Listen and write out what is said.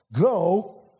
Go